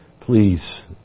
please